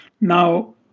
now